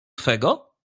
twego